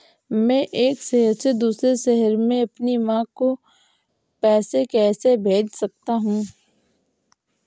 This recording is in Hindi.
मैं एक शहर से दूसरे शहर में अपनी माँ को पैसे कैसे भेज सकता हूँ?